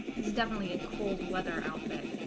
this is definitely a cold-weather outfit